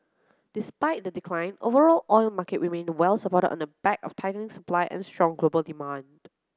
despite the decline overall oil markets remained well supported on the back of tightening supply and strong global demand